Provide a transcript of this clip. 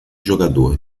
jogador